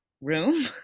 room